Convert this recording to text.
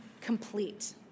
Complete